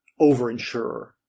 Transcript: overinsurer